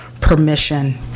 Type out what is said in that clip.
permission